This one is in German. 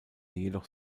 jedoch